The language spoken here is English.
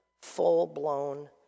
full-blown